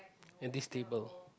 at this table